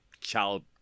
child